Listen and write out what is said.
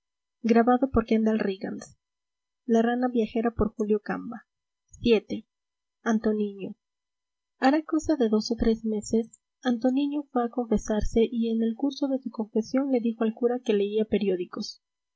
vii antoniño hará cosa de dos o tres meses antoniño fue a confesarse y en el curso de su confesión le dijo al cura que leía periódicos